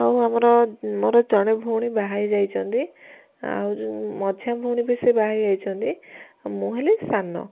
ଆଉ ଆମର ମୋର ଜଣେ ଭଉଣୀ ବାହା ହେଇ ଯାଇଛନ୍ତି ଆଉ ମଝିଆ ଭଉଣୀ ବି ବାହା ହେଇ ଯାଇଛନ୍ତି ମୁଁ ହେଲି ସାନ